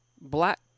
black